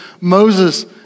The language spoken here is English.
Moses